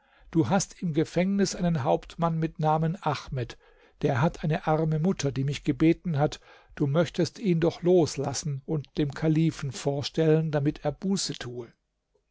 du hast im gefängnis einen hauptmann mit namen ahmed der hat eine arme mutter die mich gebeten hat du möchtest ihn doch loslassen und dem kalifen vorstellen damit er buße tue